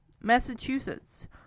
Massachusetts